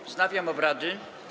Wznawiam obrady.